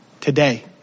today